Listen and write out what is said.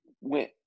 went